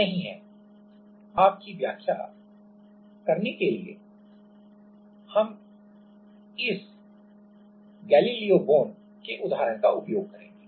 scaling प्रभाव की व्याख्या करने के लिए हम इस गैलीलियो बोन Galileo's Bone के उदाहरण का उपयोग करेंगे